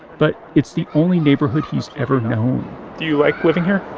but it's the only neighborhood he's ever known do you like living here?